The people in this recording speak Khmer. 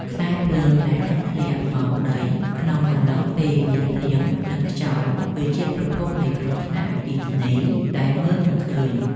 ខ្សែភ្លើងដែលដាច់ធ្លាក់មកដីក្នុងកំឡុងពេលមានភ្លៀង និង ខ្យល់គឺជាប្រភពនៃគ្រោះថ្នាក់អគ្គិសនីដែលមើលមិនឃើញ។